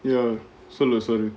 ya sorry sorry